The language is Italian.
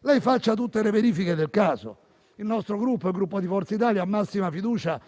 lei faccia tutte le verifiche del caso. Il Gruppo Forza Italia ha massima fiducia